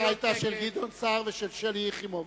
ההצעה היתה של גדעון סער ושל שלי יחימוביץ.